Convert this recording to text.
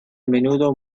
menudo